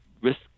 risk